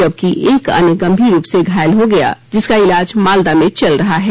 जबकि एक अन्य गंभीर रूप से घायल हो गया जिसका इलाज मालदा में चल रहा है